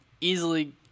easily